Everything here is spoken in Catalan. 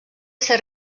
ser